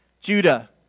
Judah